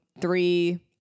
Three